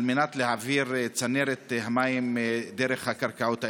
על מנת להעביר את צנרת המים דרך הקרקעות האלה.